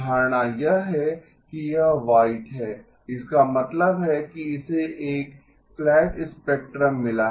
धारणा यह है कि यह व्हाइट है इसका मतलब है कि इसे एक फ्लैट स्पेक्ट्रम मिला है